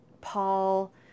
paul